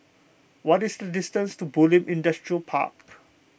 what is the distance to Bulim Industrial Park